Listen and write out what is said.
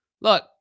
look